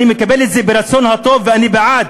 אני מקבל את זה ברצון טוב, ואני בעד.